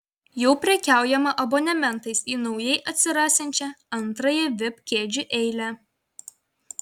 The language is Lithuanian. jau prekiaujama abonementais į naujai atsirasiančią antrąją vip kėdžių eilę